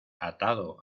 atado